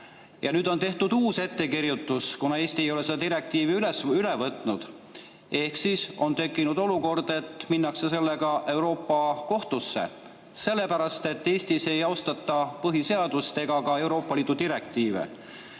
Ja nüüd on tehtud uus ettekirjutus, kuna Eesti ei ole seda direktiivi üle võtnud. Ehk siis on tekkinud olukord, et minnakse sellega Euroopa Kohtusse, sellepärast et Eestis ei austata põhiseadust ega ka Euroopa Liidu direktiive.